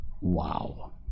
Wow